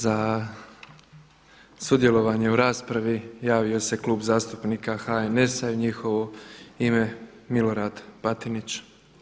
Za sudjelovanje u raspravi javio se Klub zastupnika HNS-a i u njihovo ime Milorad Batinić.